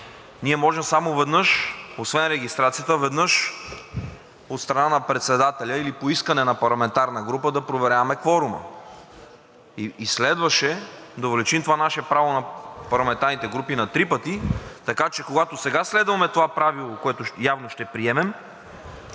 ние можем само веднъж, освен регистрацията, веднъж от страна на председателя или по искане на парламентарна група, да проверяваме кворума. И следваше да увеличим това наше право на парламентарните групи на три пъти, така че, когато сега следваме това правило, което явно ще приемем